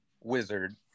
wizard